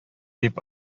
дип